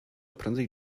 prędzej